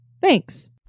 Thanks